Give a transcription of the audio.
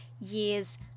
years